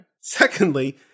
Secondly